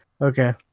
Okay